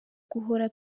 guhora